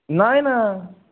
नाही ना